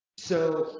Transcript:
so.